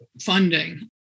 funding